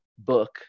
book